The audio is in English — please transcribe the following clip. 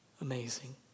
Amazing